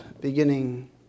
beginning